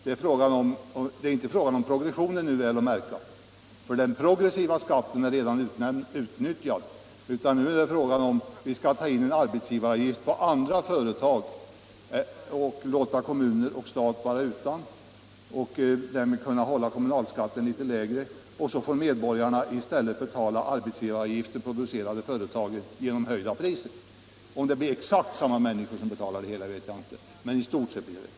Det är väl att märka inte fråga om progressionen, för den progressiva skatten är redan utnyttjad. Vad det nu gäller är om vi skall ta ut arbetsgivaravgift på andra företag och befria kommuner och stat härifrån så att kommunalskatten blir lägre och i stället låta medborgarna vara med och betala arbetsgivaravgiften genom höjda priser. Om det blir exakt samma människor som betalar det hela vet jag inte, men i stort sett blir det så.